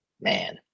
Man